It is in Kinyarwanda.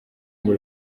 ngo